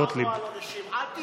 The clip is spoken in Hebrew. הוא עזב את המצור על ירושלים וחזר